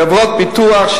חברות ביטוח,